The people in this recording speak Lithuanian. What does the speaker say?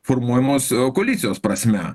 formuojamos koalicijos prasme